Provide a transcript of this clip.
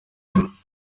inyuma